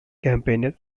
campaigner